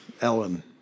Ellen